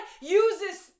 uses